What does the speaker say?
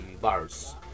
bars